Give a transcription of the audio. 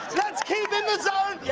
let's keep in the zone.